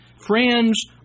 Friends